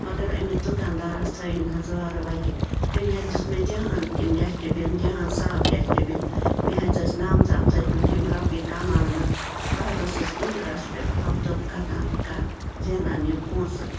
مگر أمس دُکاندارس تھٲیِنۍ حظ وارٕ وَتہِ أمۍ حظ دیُت مےٚ جان یِم ڈشٹہٕ بِن جان صاف ڈشٹہٕ بِن مےٚ حظ ٲسۍ نَم ژم ژٔٹمِتۍ یِم رۄپیہِ کَمایمٕژ بہٕ حظ ٲسٕس اِنٛدرس پٮ۪ٹھ فم توٚمٚب کَتان تہٕ کَر زینان یِم پۄنٛسہٕ